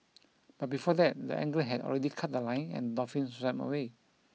but before that the angler had already cut the line and dolphin swam away